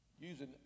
using